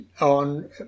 on